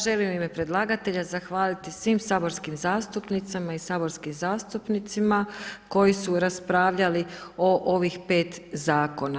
Želim u ime predlagatelja zahvaliti svim saborskim zastupnicama i saborskim zastupnicima, koji su raspravljali o ovih 5 Zakona.